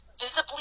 visibly